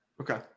Okay